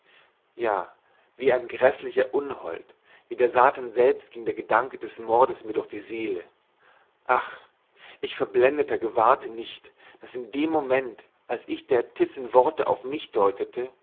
ja wie ein gräßlicher unhold wie der satan selbst ging der gedanke des mordes mir durch die seele ach ich verblendeter gewahrte nicht daß in dem moment als ich der äbtissin worte auf mich deutete